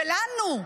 ולנו,